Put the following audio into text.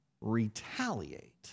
retaliate